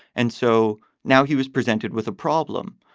and so now he was presented with a problem.